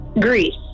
Greece